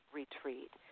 retreat